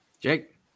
Jake